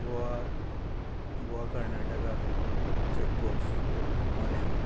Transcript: Goa Goa Karnataka checkpost Mollem